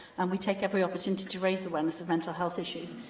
and we take every opportunity to raise awareness of mental health issues,